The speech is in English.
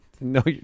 No